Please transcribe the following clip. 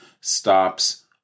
stops